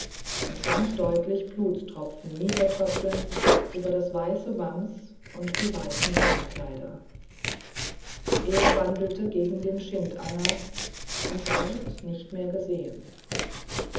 und ganz deutlich blutstropfen niedertröpfeln über das weiße wams und die weißen beinkleider er wandelte gegen den schindanger und ward nicht mehr gesehen